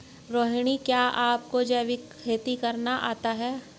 रोहिणी, क्या आपको जैविक खेती करना आता है?